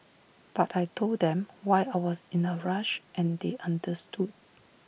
but I Told them why I was in A rush and they understood